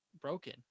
broken